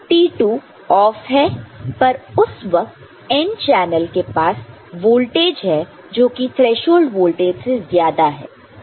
T2 off है पर उस वक्त n चैनल के पास वोल्टेज है जो कि थ्रेशोल्ड वोल्टेज से ज्यादा है